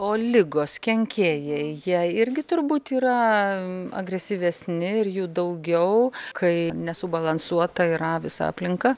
o ligos kenkėjai jie irgi turbūt yra agresyvesni ir jų daugiau kai nesubalansuota yra visa aplinka